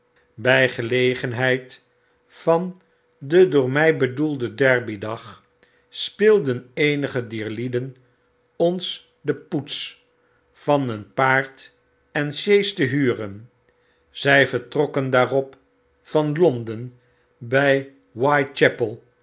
by gelegenheid van den door my bedoelden derby dag speelden eenige dierlieden ons de poets van een paard en sjees tehuren zij vertrokken daarop van londen by